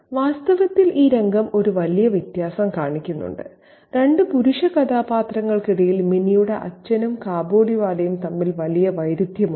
വാസ്തവത്തിൽ ഈ രംഗം ഒരു വലിയ വ്യത്യാസം കാണിക്കുന്നു രണ്ട് പുരുഷ കഥാപാത്രങ്ങൾക്കിടയിൽ മിനിയുടെ അച്ഛനും കാബൂളിവാലയും തമ്മിൽ വലിയ വൈരുദ്ധ്യമുണ്ട്